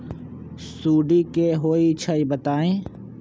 सुडी क होई छई बताई?